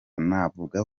navuga